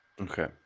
okay